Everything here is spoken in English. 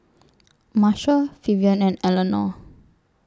Marshal Vivien and Eleanor